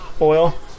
Oil